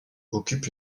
occupe